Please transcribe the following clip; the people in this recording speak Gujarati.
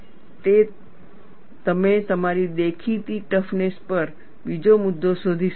અને તમે તમારી દેખીતી ટફનેસ પર બીજો મુદ્દો શોધી શકશો